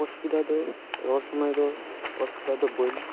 ᱚᱥᱩᱵᱤᱫᱟ ᱫᱚ ᱨᱚᱲ ᱥᱳᱢᱚᱭ ᱫᱚ ᱚᱥᱩᱵᱤᱫᱟ ᱫᱚ ᱵᱟᱹᱧ